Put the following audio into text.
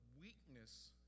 weakness